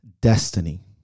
destiny